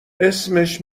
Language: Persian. اسمش